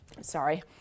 sorry